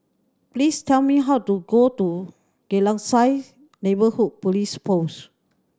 please tell me how to go to Geylang Serai Neighbourhood Police Post